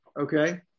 Okay